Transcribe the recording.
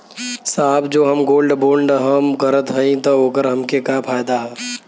साहब जो हम गोल्ड बोंड हम करत हई त ओकर हमके का फायदा ह?